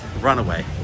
Runaway